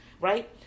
Right